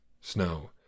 snow